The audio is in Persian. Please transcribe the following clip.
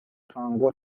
تانگو